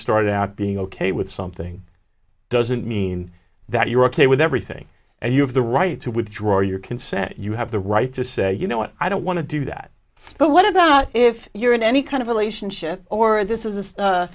started out being ok with something doesn't mean that you're ok with everything and you have the right to withdraw your consent you have the right to say you know what i don't want to do that but what about if you're in any kind of relationship or this